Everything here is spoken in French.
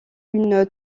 une